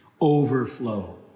overflow